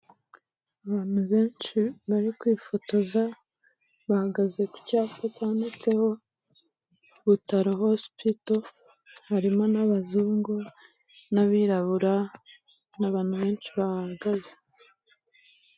Abantu benshi bari kwifotoza bahagaze ku cyapa cyanditseho ''butaro hosipito'' harimo n'abazungu n'abirabura n'abantu benshi bahagaze.